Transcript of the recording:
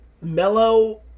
mellow